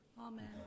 amen